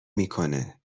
میکنه